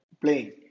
playing